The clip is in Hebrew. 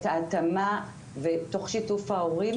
את ההתאמה תוך שיתוף ההורים,